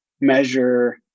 measure